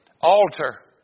altar